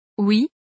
Oui